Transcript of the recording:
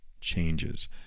changes